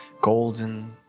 golden